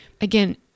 again